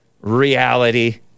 reality